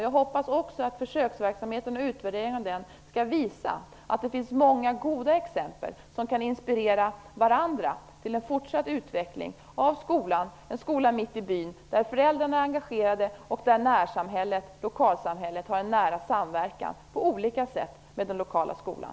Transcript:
Jag hoppas också att försöksverksamheten och utvärderingen av den skall visa att det finns många goda exempel som kan inspirera varandra till en fortsatt utveckling av skolan - en skola mitt i byn - där föräldrarna är engagerade och där närsamhället, lokalsamhället, på olika sätt har en nära samverkan med den lokala skolan.